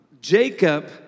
Jacob